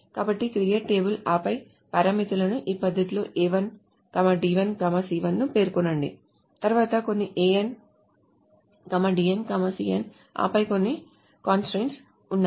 కాబట్టి create table ఆపై పారామితులను ఈ పద్ధతిలో A1 D1 C1 ను పేర్కొనండి తరువాత కొన్ని An Dn Cn ఆపై కొన్ని కంస్ట్రయిన్ట్స్ ఉన్నాయి